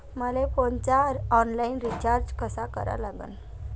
मले फोनचा online recharge कसा करा लागन?